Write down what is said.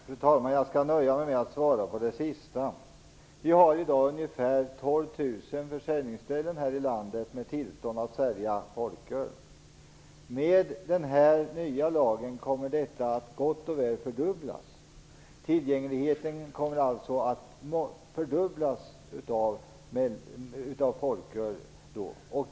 Fru talman! Jag nöjer mig med att ge ett svar avseende det sista som sades. Det finns i dag ungefär 12 000 försäljningsställen i vårt land som har tillstånd att sälja folköl. Med den nya lagen kommer den siffran gott och väl att fördubblas. Tillgängligheten beträffande folköl kommer alltså att fördubblas.